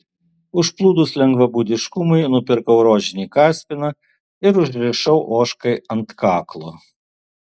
užplūdus lengvabūdiškumui nupirkau rožinį kaspiną ir užrišau ožkai ant kaklo